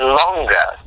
longer